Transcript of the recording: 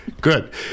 Good